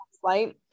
flight